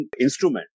instrument